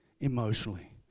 emotionally